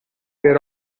per